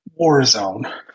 Warzone